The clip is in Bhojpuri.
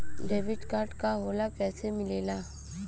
डेबिट कार्ड का होला कैसे मिलेला?